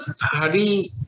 Hari